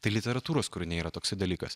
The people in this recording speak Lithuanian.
tai literatūros kūriniai yra toksai dalykas